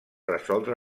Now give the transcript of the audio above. resoldre